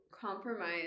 compromise